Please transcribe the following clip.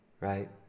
Right